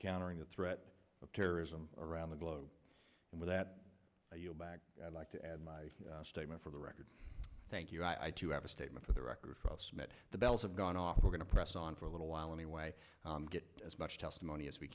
countering the threat of terrorism around the globe and with that i'd like to add my statement for the record thank you i too have a statement for the record that the bells have gone off we're going to press on for a little while anyway get as much testimony as we